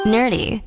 Nerdy